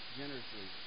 generously